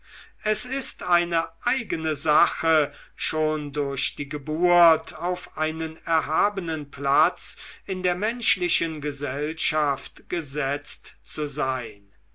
es ist eine eigene sache schon durch die geburt auf einen erhabenen platz in der menschlichen gesellschaft gesetzt zu sein